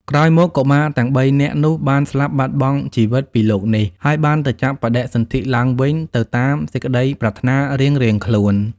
ក្រោយមក កុមារទាំងបីនាក់នោះបានស្លាប់បាត់បង់ជីវិតពីលោកនេះ ហើយបានទៅចាប់បដិសន្ធិឡើងវិញទៅតាមសេចក្តីប្រាថ្នារៀងៗខ្លួន។